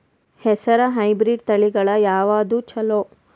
ಹೆಸರ ಹೈಬ್ರಿಡ್ ತಳಿಗಳ ಯಾವದು ಚಲೋ?